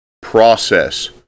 process